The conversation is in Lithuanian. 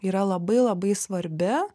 yra labai labai svarbi